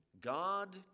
God